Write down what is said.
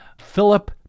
Philip